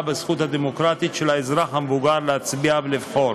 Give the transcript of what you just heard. בזכות הדמוקרטית של האזרח המבוגר להצביע ולבחור.